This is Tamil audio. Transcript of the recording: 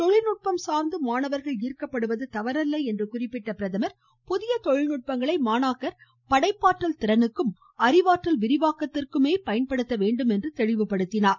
தொழில்நுட்பம் சார்ந்து மாணவர்கள் சர்க்கப்படுவது தவறல்ல என்று குறிப்பிட்ட பிரதமர் புதிய தொழில்நுட்பங்களை மாணாக்கர் படைப்பாற்றல் திறனுக்கும் அறிவாற்றல் விரிவாக்கத்திற்குமே பயன்படுத்த வேண்டும் என்று தெளிவுபடுத்தினார்